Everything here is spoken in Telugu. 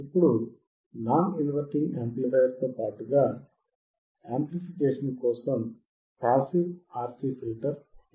ఇప్పుడు నాన్ ఇన్వర్టింగ్ యాంప్లిఫయర్ తో పాటుగా యాంప్లిఫికేషన్ కోసం పాసివ్ RC ఫిల్టర్ ఉపయోగపడుతుందో లేదో చూద్దాం